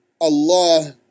Allah